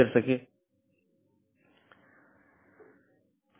BGP सत्र की एक अवधारणा है कि एक TCP सत्र जो 2 BGP पड़ोसियों को जोड़ता है